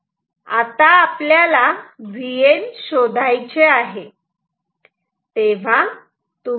आता आपल्याला Vn शोधायचे आहे